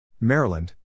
Maryland